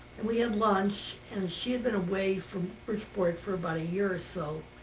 and we had lunch. and she had been away from bridgeport for about a year or so.